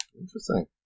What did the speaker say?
Interesting